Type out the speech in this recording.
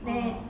or